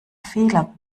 fehler